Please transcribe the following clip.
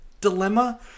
dilemma